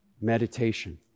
Meditation